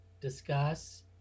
discuss